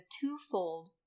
twofold